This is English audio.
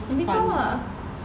you become ah